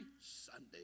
sunday